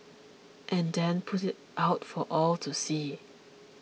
and then put it out for all to see